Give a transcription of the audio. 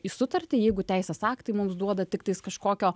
į sutartį jeigu teisės aktai mums duoda tiktais kažkokio